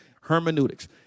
Hermeneutics